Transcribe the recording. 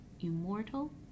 immortal